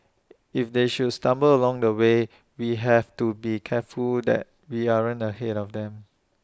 if they should stumble along the way we have to be careful that we aren't ahead of them